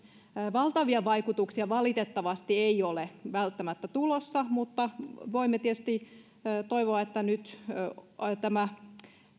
valtavia vaikutuksia valitettavasti ei ole välttämättä tulossa mutta voimme tietysti toivoa että nyt tämä